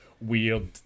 weird